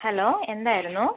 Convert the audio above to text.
hello എന്തായിരുന്നു